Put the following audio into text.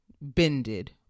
bended